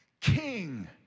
king